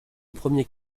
premier